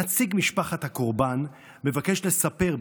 נציג משפחת הקורבן מבקש לספר,